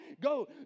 go